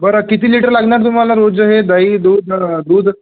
बरं किती लिटर लागणार तुम्हाला रोज हे दही दूध दूध